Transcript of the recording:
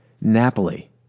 Napoli